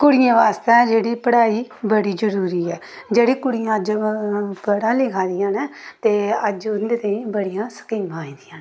कुड़ियें बास्तै जेह्ड़ी पढ़ाई बड़ी जरूरी ऐ जेह्ड़ी कुड़ियां अज्ज पढ़ा लिखा दियां न ते अज्ज उं'दे ताईं बड़ियां स्कीमां आई दियां न